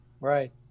right